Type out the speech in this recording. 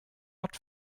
not